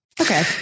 Okay